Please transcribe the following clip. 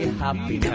happy